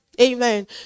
amen